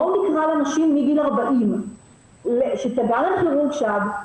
בואו נקרא לנשים מגיל 40 שתגענה לכירורג שד,